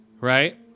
right